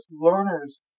learners